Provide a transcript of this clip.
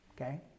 okay